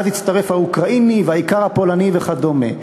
ואז יצטרף האוקראיני והאיכר הפולני וכדומה.